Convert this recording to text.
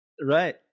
right